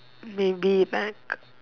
maybe bag